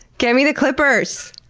get me the clippers!